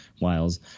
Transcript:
Wiles